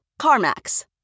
CarMax